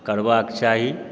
करबाक चाही